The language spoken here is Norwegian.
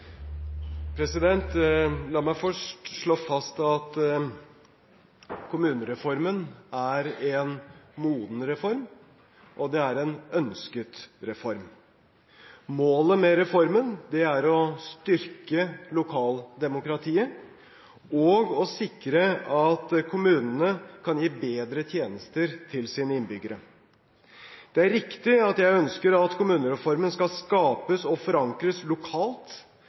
La meg først slå fast at kommunestrukturen er en moden reform, og det er en ønsket reform. Målet med reformen er å styrke lokaldemokratiet og å sikre at kommunene kan gi bedre tjenester til sine innbyggere. Det er riktig at jeg ønsker at kommunereformen skal skapes og forankres lokalt